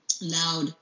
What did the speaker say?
loud